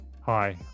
Hi